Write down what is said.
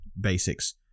basics